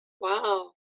Wow